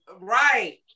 Right